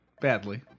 Badly